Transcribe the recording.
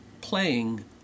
playing